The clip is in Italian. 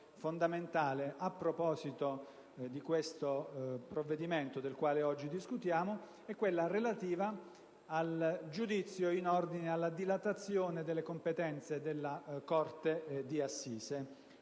fondamentale, a proposito del provvedimento del quale oggi discutiamo, è quella relativa al giudizio in ordine alla dilatazione delle competenze della corte d'assise